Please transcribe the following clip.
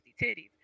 titties